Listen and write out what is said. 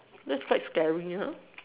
that's quite scary ya